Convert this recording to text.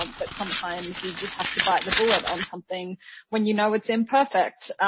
um but sometimes, you just have to bite the bullet on something when you know it's imperfect.